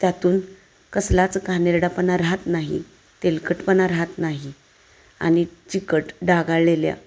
त्यातून कसलाच घाणेरडेपणा राहत नाही तेलकटपणा राहत नाही आणि चिकट डागाळलेल्या